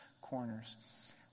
corners